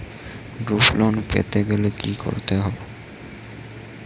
Group loan পেতে গেলে কি করতে হবে?